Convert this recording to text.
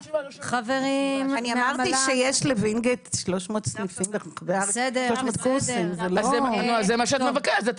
אני אמרתי שיש לווינגיט 300 קורסים ברחבי הארץ -- אז זה מה שאת מבקשת.